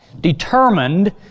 determined